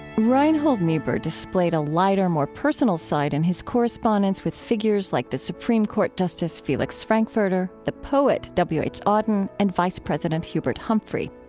reinhold niebuhr displayed a lighter, more personal side in his correspondence with figures like the supreme court justice felix frankfurter, the poet w h. auden and vice president hubert humphrey.